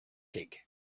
cake